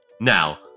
Now